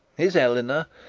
his eleanor,